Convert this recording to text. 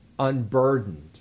unburdened